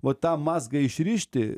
vat tą mazgą išrišti